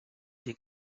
dir